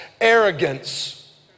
arrogance